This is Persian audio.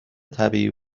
طبیعی